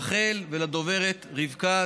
רחל, ולדוברת רבקה.